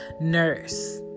nurse